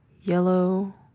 yellow